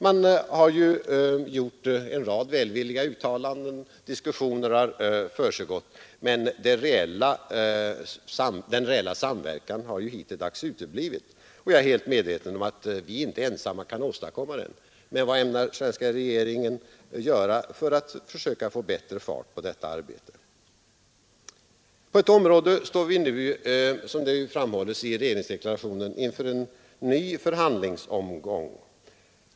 Man har gjort en rad välvilliga uttalanden, och diskussioner har förts, men den reella samverkan har hittills uteblivit. Jag är helt medveten om att vi inte ensamma kan åstadkomma den, men vad ämnar den svenska regeringen göra för att söka få bättre fart på detta arbete? På ett område står vi nu, som det framhålles i regeringsdeklarationen, inför en ny förhandlingsomgång.